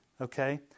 Okay